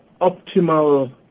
optimal